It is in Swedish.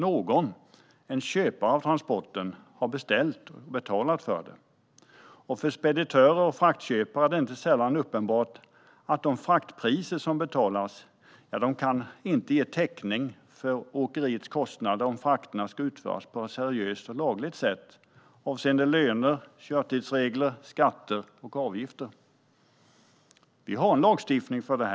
Någon, en köpare av transporten, har beställt och betalat för den. För speditörer och fraktköpare är det inte sällan uppenbart att de fraktpriser som betalas inte kan ge täckning för åkeriernas kostnader om frakterna ska utföras på ett seriöst och lagligt sätt avseende löner, körtidsregler, skatter och avgifter. Vi har en lagstiftning för detta.